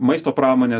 maisto pramonės